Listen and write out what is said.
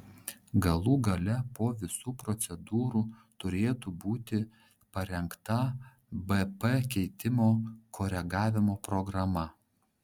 galų gale po visų procedūrų turėtų būti parengta bp keitimo koregavimo programa